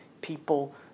people